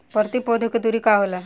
प्रति पौधे के दूरी का होला?